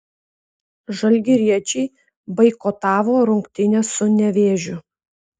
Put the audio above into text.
žalgiriečiai boikotavo rungtynes su nevėžiu